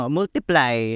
multiply